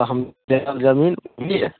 तऽ हम जमीन बुझलिए